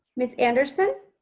ms. anderson?